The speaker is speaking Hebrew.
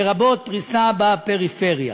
לרבות פריסה בפריפריה.